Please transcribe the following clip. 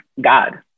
God